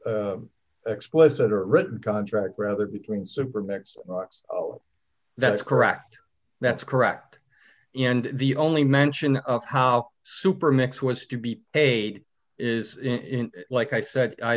explicit or written contract rather between super max not that's correct that's correct and the only mention of how super max was to be paid is in like i said